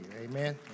Amen